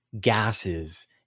gases